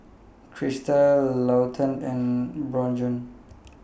Krysta Lawton and Bjorn